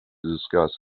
discuss